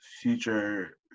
future